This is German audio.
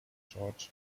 george